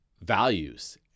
values